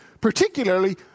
Particularly